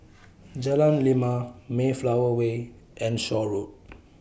Jalan Lima Mayflower Way and Shaw Road